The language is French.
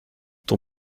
ton